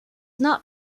not